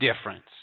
difference